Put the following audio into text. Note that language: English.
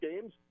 games